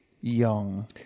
young